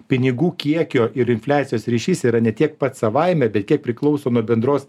pinigų kiekio ir infliacijos ryšys yra ne tiek pats savaime bet kiek priklauso nuo bendros